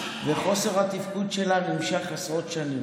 וחוסר התפקוד שלה נמשך עשרות שנים.